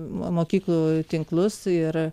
mokyklų tinklus ir